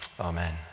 amen